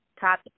top